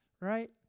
Right